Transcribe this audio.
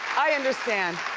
i understand,